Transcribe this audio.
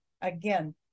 again